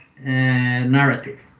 narrative